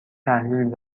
تحلیل